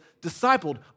discipled